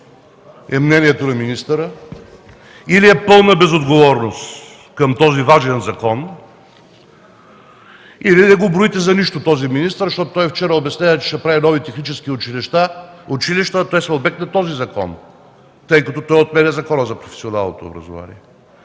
е мнението на министъра, или е пълна безотговорност към този важен закон, или не го броите за нищо този министър, защото той вчера обясняваше, че ще прави нови технически училища, а те са обект на този закон, тъй като той отменя Закона за професионалното образование.